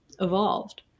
evolved